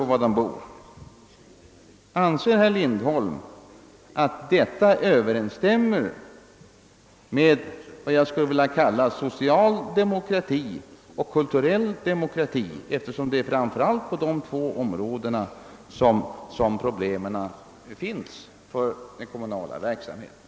Anser herr Lindholm att detta står i överensstämmelse med vår uppfattning om social demokrati och kulturell demokrati? Det är ju framför allt på de båda områdena som man har problem inom den kommunala verksamheten.